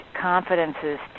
confidences